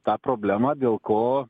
tą problemą dėl ko